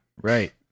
right